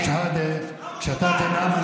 שיכבד את המעמד,